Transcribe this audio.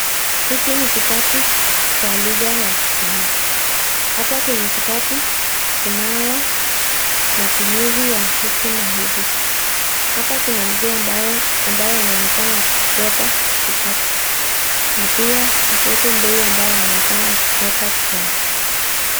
Hiki ni kitabu cha lugha ya kiswahili. Hapa kwenye kitabu kuna matumizi ya hiki na hivi . Hapa kuna mzee ambaye anaonekana akiwa amebeba kitabu na pia mtoto mdogo anaonekana akibeba kiatu.